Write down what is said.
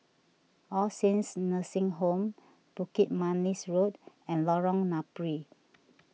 All Saints Nursing Home Bukit Manis Road and Lorong Napiri